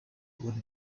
when